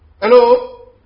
Hello